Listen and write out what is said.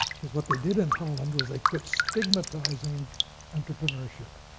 because what they did in holland was they quit stigmatizing entrepreneurship.